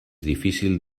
difícil